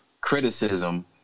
criticism